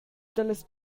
dallas